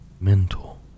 mental